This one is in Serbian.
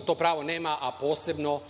to pravo nema, a posebno